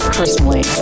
personally